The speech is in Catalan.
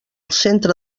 centre